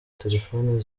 telefoni